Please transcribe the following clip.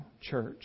church